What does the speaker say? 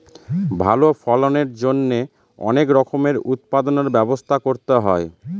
ভালো ফলনের জন্যে অনেক রকমের উৎপাদনর ব্যবস্থা করতে হয়